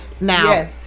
Now